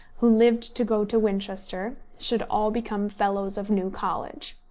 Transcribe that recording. who lived to go to winchester, should all become fellows of new college.